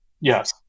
Yes